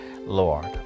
Lord